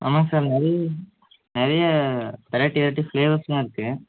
ஆமாம்ங்க சார் நிறைய நிறைய வெரைட்டி வெரைட்டி ப்ளேவர்ஸ்லாம் இருக்கு